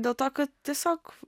dėl to kad tiesiog